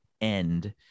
end